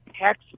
tax